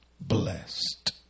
blessed